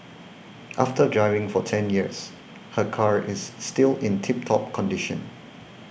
after driving for ten years her car is still in tip top condition